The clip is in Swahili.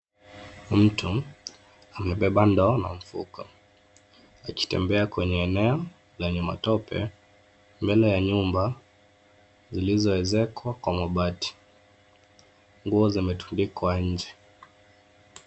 Mtu amebeba ndoo na mfuko ,akitembea kwenye eneo lenye matope mbele ya nyumba zilizoezekwa kwa mabati. Nguo zimetundikwa nje.